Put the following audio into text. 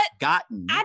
gotten